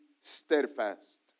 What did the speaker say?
steadfast